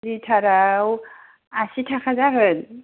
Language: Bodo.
लिटाराव आसि टाका जागोन